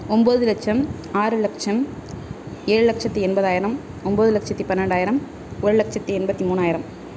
ஓம்பது லட்சம் ஆறு லட்சம் ஏழு லட்சத்து எண்பதாயிரம் ஒம்பது லட்சத்து பன்னெண்டாயிரம் ஒரு லட்சத்து எண்பத்து மூணாயிரம்